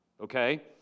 okay